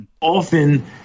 Often